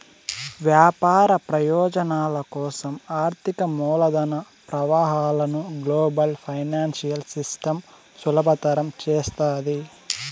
వ్యాపార ప్రయోజనాల కోసం ఆర్థిక మూలధన ప్రవాహాలను గ్లోబల్ ఫైనాన్సియల్ సిస్టమ్ సులభతరం చేస్తాది